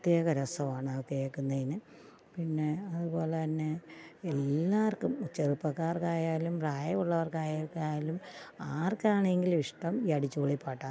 പ്രത്യേക രസമാണത് കേൾക്കുന്നതിന് പിന്നെ അതു പോലെ തന്നെ എല്ലാവർക്കും ചെറുപ്പകാർക്കായാലും പ്രായമുള്ളവർക്കായാൽ കായലും ആർക്കാണെങ്കിലുമിഷ്ടം ഈ അടിച്ചു പൊളി പാട്ടാണ്